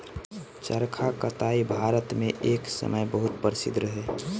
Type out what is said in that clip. चरखा कताई भारत मे एक समय बहुत प्रसिद्ध रहे